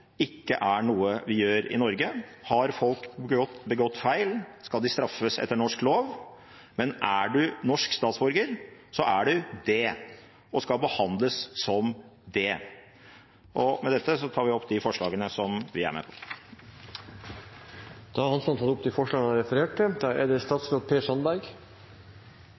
ikke er noe vi gjør i Norge. Har folk begått feil, skal de straffes etter norsk lov, men er man norsk statsborger, så er man det, og skal behandles som det. Først en liten kommentar til representanten Hansson angående denne regjeringens politikk på dette feltet: Denne saken ble altså enstemmig vedtatt i dette storting i 2005. Enstemmig vedtatt. Så det